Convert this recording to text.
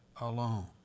alone